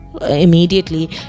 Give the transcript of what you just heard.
immediately